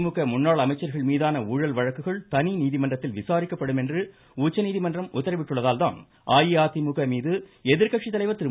திமுக முன்னாள் அமைச்சர்கள்மீதான ஊழல் வழக்குகள் தனி நீதிமன்றத்தில் விசாரிக்கப்படும் என உச்சநீதிமன்றம் உத்தரவிட்டுள்ளதால்தான் அஇஅதிமுகமீது எதிர்கட்சி தலைவர் திரு